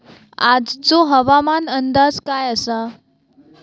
आजचो हवामान अंदाज काय आसा?